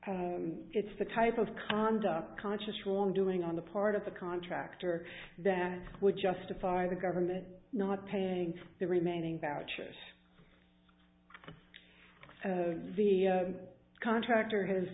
it's the type of conduct conscious wrongdoing on the part of the contractor that would justify the government not paying the remaining boucher's the contractor h